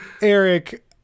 eric